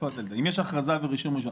אם יש הכרזה ורישום ראשון?